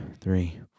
three